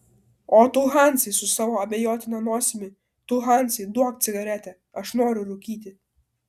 o tu hansai su savo abejotina nosimi tu hansai duok cigaretę aš noriu rūkyti